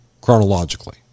chronologically